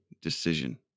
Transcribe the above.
decision